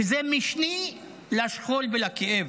שזה משני לשכול ולכאב.